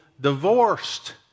divorced